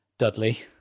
Dudley